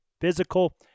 physical